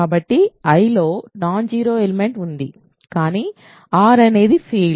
కాబట్టి Iలో non zero element ఉంది కానీ R అనేది ఫీల్డ్